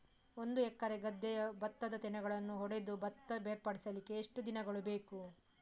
ಒಂದು ಎಕರೆ ಗದ್ದೆಯ ಭತ್ತದ ತೆನೆಗಳನ್ನು ಹೊಡೆದು ಭತ್ತ ಬೇರ್ಪಡಿಸಲಿಕ್ಕೆ ಎಷ್ಟು ದಿನಗಳು ಬೇಕು?